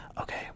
okay